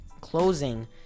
closing